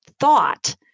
thought